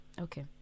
okay